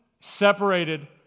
separated